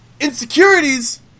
insecurities